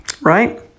Right